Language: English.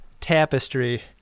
tapestry